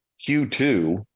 Q2